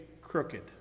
crooked